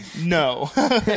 No